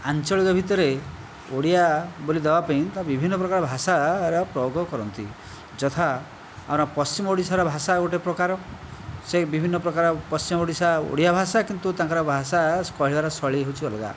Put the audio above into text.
ଆଞ୍ଚଳିକ ଭିତରେ ଓଡ଼ିଆ ବୋଲି ଦେବା ପାଇଁ ତ ବିଭିନ୍ନ ପ୍ରକାର ଭାଷାର ପ୍ରୟୋଗ କରନ୍ତି ଯଥା ଆମର ପଶ୍ଚିମ ଓଡ଼ିଶାର ଭାଷା ଗୋଟିଏ ପ୍ରକାର ସେ ବିଭିନ୍ନ ପ୍ରକାର ପଶ୍ଚିମ ଓଡ଼ିଶା ଓଡ଼ିଆ ଭାଷା କିନ୍ତୁ ତାଙ୍କର ଭାଷା କହିବାର ଶୈଳୀ ହେଉଛି ଅଲଗା